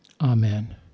Amen